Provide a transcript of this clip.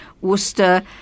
Worcester